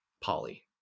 Polly